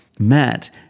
Matt